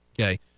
Okay